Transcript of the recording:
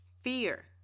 Fear